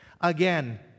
Again